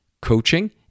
coaching